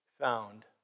found